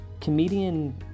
comedian